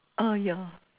ah yeah